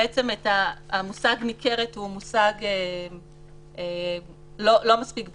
המושג "ניכרת" לא מספיק ברור,